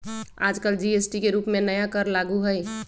आजकल जी.एस.टी के रूप में नया कर लागू हई